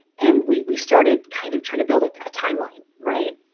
and we started kind of trying to build a ah timeline right?